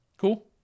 Cool